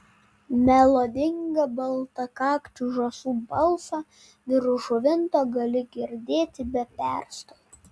melodingą baltakakčių žąsų balsą virš žuvinto gali girdėti be perstojo